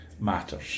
matters